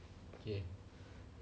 okay